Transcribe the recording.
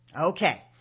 Okay